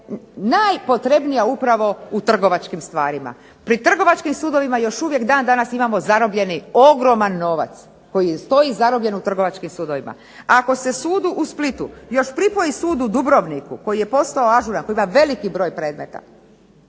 najpotrebnija upravo u trgovačkim stvarima. Pri trgovačkim sudovima još uvijek dan danas imamo zarobljeni ogroman novac koji stoji zarobljen u trgovačkim sudovima. Ako se sudu u Splitu još pripoji sud u Dubrovniku koji je postao ažuran, koji ima veliki broj predmeta,